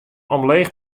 omleech